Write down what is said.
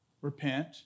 repent